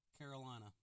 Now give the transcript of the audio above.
Carolina